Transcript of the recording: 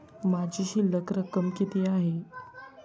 माझी शिल्लक रक्कम किती आहे?